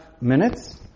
minutes